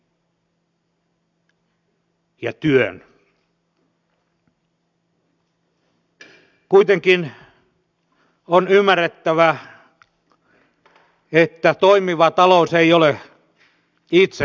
kuitenkin on ymmärrettävä että toimiva talous ei ole itsetarkoitus